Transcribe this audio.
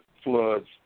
floods